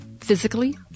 physically